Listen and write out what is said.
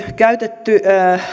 käytetty